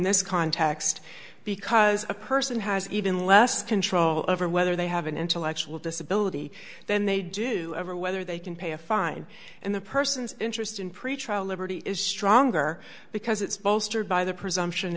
this context because a person has even less control over whether they have an intellectual disability then they do ever whether they can pay a fine and the person's interest in pretrial liberty is stronger because it's bolstered by the presumption